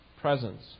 presence